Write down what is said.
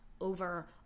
over